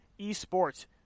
eSports